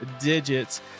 digits